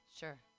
sure